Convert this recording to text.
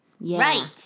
Right